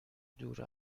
دور